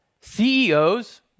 CEOs